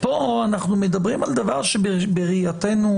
פה אנחנו מדברים על דבר שבראייתנו הוא